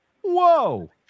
Whoa